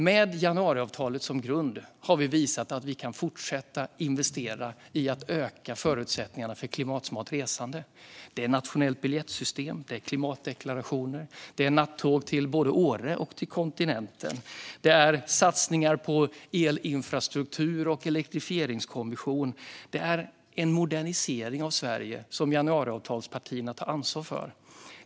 Med januariavtalet som grund har vi visat att vi kan fortsätta att investera i och öka förutsättningarna för klimatsmart resande. Det är fråga om ett nationellt biljettsystem, klimatdeklarationer, nattåg till Åre och till kontinenten, satsningar på elinfrastruktur och elektrifieringskommission samt en modernisering av Sverige som januariavtalspartierna tar ansvar för.